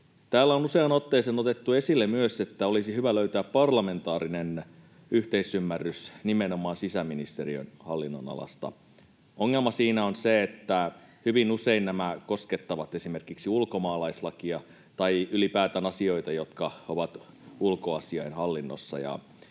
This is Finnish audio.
Täällä on useaan otteeseen otettu esille myös, että olisi hyvä löytää parlamentaarinen yhteisymmärrys nimenomaan sisäministeriön hallinnonalasta. Ongelma siinä on se, että hyvin usein nämä koskettavat esimerkiksi ulkomaalaislakia tai ylipäätään asioita, jotka ovat ulkoasiainhallinnossa,